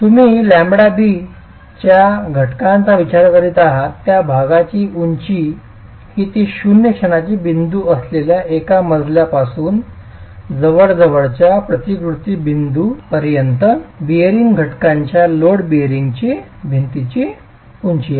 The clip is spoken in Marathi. तुम्ही λh ज्या घटकाचा विचार करीत आहात त्या भागाची उंची ही ती शून्य क्षणाची बिंदू असलेल्या एका मजल्यापासून जवळच्या प्रतिकृती बिंदूप पर्यंत बेअरिंग घटकाच्या लोड बेअरिंग भिंतीची उंची आहे